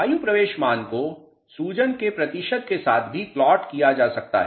वायु प्रवेश मान को सूजन के प्रतिशत के साथ भी प्लॉट किया जा सकता है